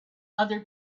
other